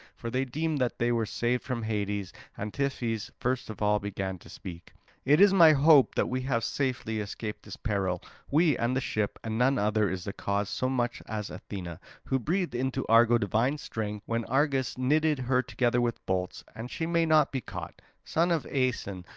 for they deemed that they were saved from hades and tiphys first of all began to speak it is my hope that we have safely escaped this peril we, and the ship and none other is the cause so much as athena, who breathed into argo divine strength when argus knitted her together with bolts and she may not be caught. son of aeson,